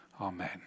Amen